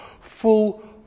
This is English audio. full